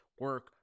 Work